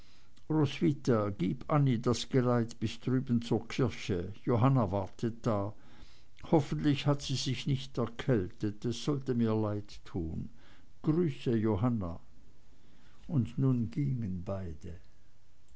roswitha gib annie das geleit bis drüben zur kirche johanna wartet da hoffentlich hat sie sich nicht erkältet es sollte mir leid tun grüße johanna und nun gingen beide